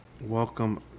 Welcome